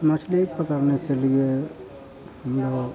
मछली पकड़ने के लिए हम लोग